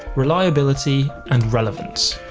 reliability, and relevance.